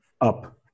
up